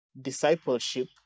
discipleship